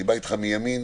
אני בא אתך מימין,